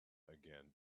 again